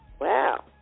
Wow